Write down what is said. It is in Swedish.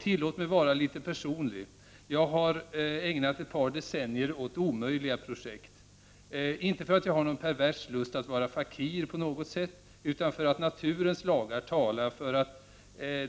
Tillåt mig att vara litet personlig! Jag har ägnat ett par decennier åt omöjliga projekt — inte för att jag har någon pervers lust att agera fakir utan för att naturens lagar talar för att